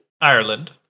Ireland